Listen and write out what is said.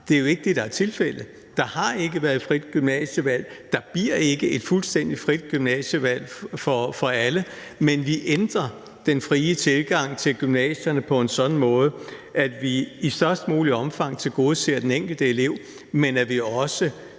det er jo ikke det, der er tilfældet. Der har ikke været frit gymnasievalg; der bliver ikke et fuldstændig frit gymnasievalg for alle, men vi ændrer den frie tilgang til gymnasierne på en sådan måde, at vi i størst muligt omfang tilgodeser den enkelte elev, men også